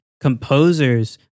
composers